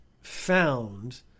found